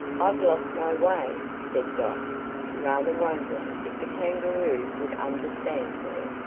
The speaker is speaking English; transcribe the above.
i've lost my way, said dot rather wondering if the kangaroo would understand her.